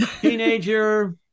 Teenager